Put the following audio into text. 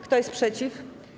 Kto jest przeciw?